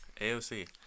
AOC